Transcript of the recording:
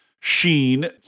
sheen